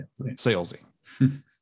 salesy